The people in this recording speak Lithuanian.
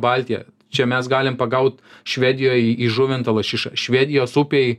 baltiją čia mes galim pagaut švedijoj įžuvintą lašišą švedijos upėj